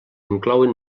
inclouen